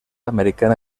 americana